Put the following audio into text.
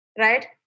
right